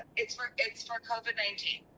it's for it's for covid nineteen.